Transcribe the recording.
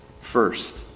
First